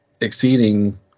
exceeding